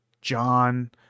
John